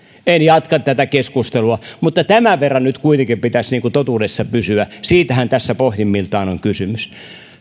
en jatka tätä keskustelua mutta tämän verran nyt kuitenkin pitäisi totuudessa pysyä siitähän tässä pohjimmiltaan on kysymys